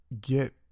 get